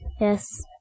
Yes